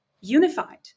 unified